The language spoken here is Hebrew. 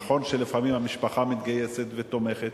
נכון שלפעמים המשפחה מתגייסת ותומכת,